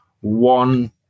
one